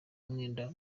mwenda